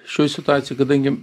šioj situacijoj kadangi